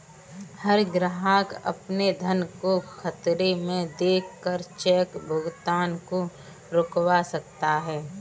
हर ग्राहक अपने धन को खतरे में देख कर चेक भुगतान को रुकवा सकता है